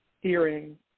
hearing